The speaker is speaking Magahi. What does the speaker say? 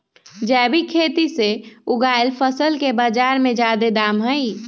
जैविक खेती से उगायल फसल के बाजार में जादे दाम हई